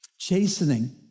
Chastening